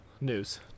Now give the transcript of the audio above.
news